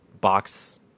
box